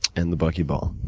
and the bucky ball.